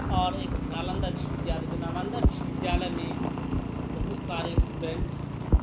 اور ایک نالندہ وشو ودیالیہ جو نالندہ وشودیالیہ میں بہت سارے اسٹوڈینٹ